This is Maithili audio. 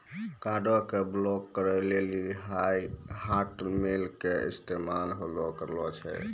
कार्डो के ब्लाक करे लेली हाटमेल के इस्तेमाल सेहो करलो जाय छै